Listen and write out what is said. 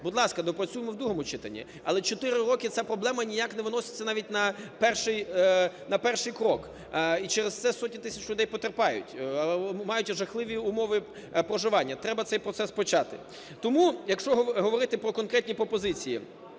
будь ласка, допрацьовуємо в другому читанні, але чотири роки ця проблема ніяк не виноситься навіть на перший крок і через це сотні тисяч людей потерпають, мають жахливі умови проживання, треба цей процес почати. Тому, якщо говорити про конкретні пропозиції